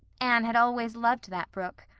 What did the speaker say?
anne had always loved that brook.